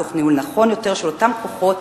תוך ניהול נכון יותר של אותם כוחות,